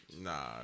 Nah